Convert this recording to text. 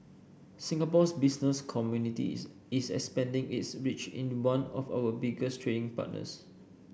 Singapore's business community is is expanding its reach in one of our biggest trading partners